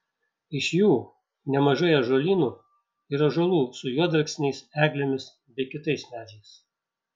iš jų nemažai ąžuolynų ir ąžuolų su juodalksniais eglėmis bei kitais medžiais